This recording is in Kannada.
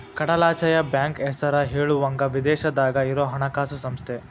ಕಡಲಾಚೆಯ ಬ್ಯಾಂಕ್ ಹೆಸರ ಹೇಳುವಂಗ ವಿದೇಶದಾಗ ಇರೊ ಹಣಕಾಸ ಸಂಸ್ಥೆ